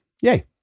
yay